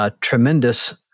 tremendous